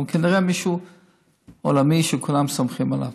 אבל כנראה מישהו עולמי שכולם סומכים עליו.